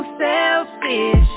selfish